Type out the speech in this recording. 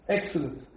Excellent